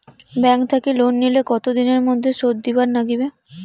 Bank থাকি loan নিলে কতো দিনের মধ্যে শোধ দিবার নাগিবে?